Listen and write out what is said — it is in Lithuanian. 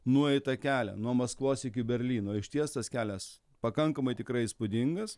nueitą kelią nuo maskvos iki berlyno išties tas kelias pakankamai tikrai įspūdingas